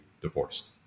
divorced